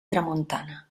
tramuntana